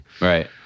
right